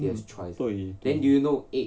hmm 对对